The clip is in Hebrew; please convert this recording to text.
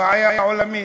בעיה עולמית,